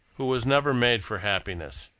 who was never made for happiness.